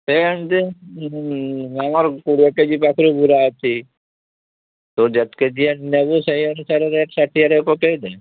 ସେ ଏମତି ମୋର କୁଡ଼ିଏ କେ ଜି ପାଖରୁ ବୁରା ଅଛି ତୁ ଯେତ କେଜିଆ ନେବୁ ସେଇ ଅନୁସାରେ ରେଟ୍ ଷାଠିଏରେ ପକାଇ ଦେ